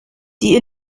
die